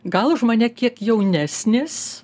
gal už mane kiek jaunesnis